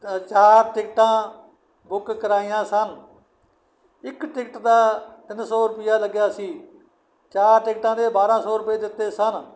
ਅ ਚਾਰ ਟਿਕਟਾਂ ਬੁੱਕ ਕਰਵਾਈਆਂ ਸਨ ਇੱਕ ਟਿਕਟ ਦਾ ਤਿੰਨ ਸੌ ਰੁਪਿਆ ਲੱਗਿਆ ਸੀ ਚਾਰ ਟਿਕਟਾਂ ਦੇ ਬਾਰਾਂ ਸੌ ਰੁਪਏ ਦਿੱਤੇ ਸਨ